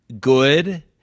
good